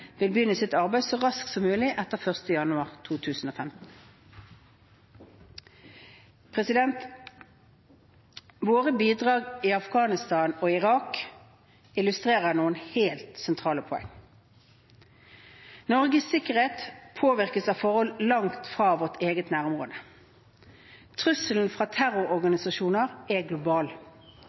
vil begynne sitt arbeid så raskt som mulig etter 1. januar 2015. Våre bidrag i Afghanistan og Irak illustrerer noen helt sentrale poenger: Norges sikkerhet påvirkes av forhold langt fra vårt eget nærområde. Trusselen fra terrororganisasjoner er